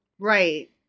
Right